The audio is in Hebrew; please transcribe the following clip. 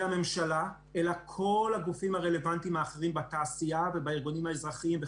הממשלה אלא גם כל הגופים הרלוונטיים האחרים בתעשייה ובארגונים האזרחיים,